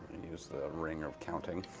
use the ring of counting.